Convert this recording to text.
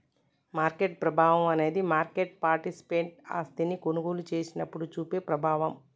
market ప్రభావం అనేది market participant ఆస్తిని కొనుగోలు చేసినప్పుడు చూపే ప్రభావం